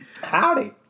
Howdy